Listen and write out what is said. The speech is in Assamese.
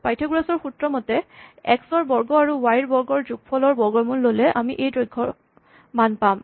পাইথাগোৰাছ ৰ সূত্ৰমতে এক্স ৰ বৰ্গ আৰু ৱাই ৰ বৰ্গৰ যোগফলৰ বৰ্গমূল ল'লে আমি এই দৈৰ্ঘৰ মান পাম